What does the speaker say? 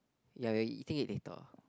ya you are eating it later